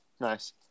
Nice